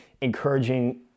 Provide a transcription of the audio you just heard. encouraging